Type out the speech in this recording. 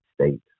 state